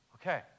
okay